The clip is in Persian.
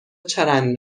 چرند